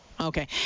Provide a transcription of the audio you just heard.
okay